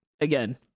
again